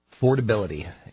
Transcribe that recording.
Affordability